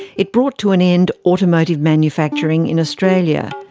it brought to an end automotive manufacturing in australia.